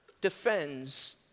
defends